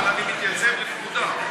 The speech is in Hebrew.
אבל אני מתייצב לפקודה.